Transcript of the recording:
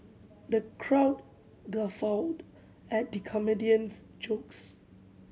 the crowd guffawed at the comedian's jokes